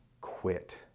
quit